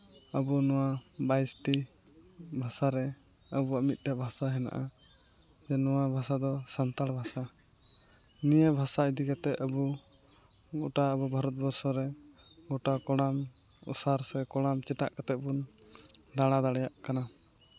ᱟᱵᱚ ᱱᱚᱣᱟ ᱵᱟᱭᱤᱥ ᱴᱤ ᱵᱷᱟᱥᱟ ᱨᱮ ᱟᱵᱚᱣᱟᱜ ᱢᱤᱫᱴᱮᱡ ᱵᱷᱟᱥᱟ ᱦᱮᱱᱟᱜᱼᱟ ᱥᱮ ᱱᱚᱣᱟ ᱵᱷᱟᱥᱟ ᱫᱚ ᱥᱟᱱᱛᱟᱲ ᱵᱷᱟᱥᱟ ᱱᱤᱭᱟᱹ ᱵᱷᱟᱥᱟ ᱤᱫᱤ ᱠᱟᱛᱮᱫ ᱟᱵᱚ ᱜᱚᱴᱟ ᱟᱵᱚ ᱵᱷᱟᱨᱚᱛ ᱵᱚᱨᱥᱚ ᱨᱮ ᱜᱚᱴᱟ ᱠᱚᱲᱟᱢ ᱚᱥᱟᱨ ᱥᱮ ᱠᱚᱲᱟᱢ ᱪᱮᱴᱟᱜ ᱠᱟᱛᱮᱫ ᱵᱚᱱ ᱫᱟᱬᱟ ᱫᱟᱲᱮᱭᱟᱜ ᱠᱟᱱᱟ